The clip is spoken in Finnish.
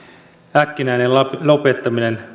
äkkinäinen lopettaminen